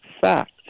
fact